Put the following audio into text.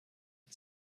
and